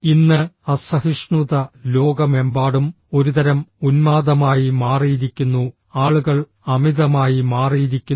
ഇന്ന് അസഹിഷ്ണുത ലോകമെമ്പാടും ഒരുതരം ഉന്മാദമായി മാറിയിരിക്കുന്നു ആളുകൾ അമിതമായി മാറിയിരിക്കുന്നു